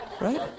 Right